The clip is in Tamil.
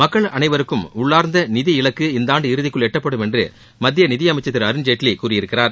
மக்கள் அனைவருக்கும் உள்ளார்ந்த நிதி இலக்கு இந்தாண்டு இறுதிக்குள் எட்டப்படும் என்று மத்திய நிதியமைச்சர் திரு அருண்ஜேட்லி கூறியிருக்கிறார்